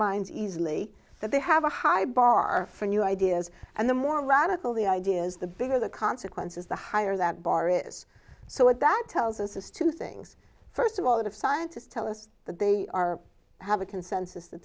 minds easily that they have a high bar for new ideas and the more radical the ideas the bigger the consequences the higher that bar is so what that tells us is two things first of all that of scientists tell us that they are have a consensus that